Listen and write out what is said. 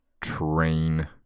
train